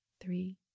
Three